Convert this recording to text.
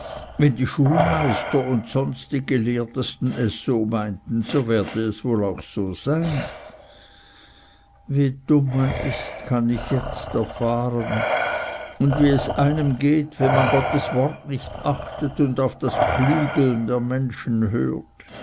wenn die schulmeister und sonst die gelehrtesten es so meinten so werde es wohl auch so sein wie dumm man ist kann ich jetzt erfahren und wie es einem geht wenn man gottes wort nicht achtet und auf das klügeln der menschen hört